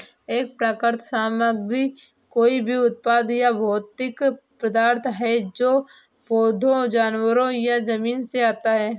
एक प्राकृतिक सामग्री कोई भी उत्पाद या भौतिक पदार्थ है जो पौधों, जानवरों या जमीन से आता है